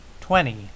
Twenty